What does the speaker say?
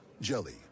Jelly